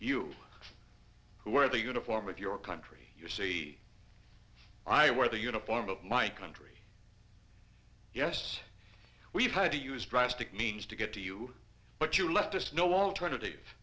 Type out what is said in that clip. who wear the uniform of your country your city i wear the uniform of my country yes we've had to use drastic means to get to you but you left us no alternative